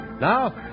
Now